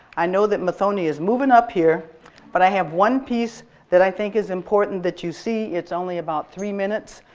i know that muthoni is moving up here but i have one piece that i think is important that you see it's only about three minutes.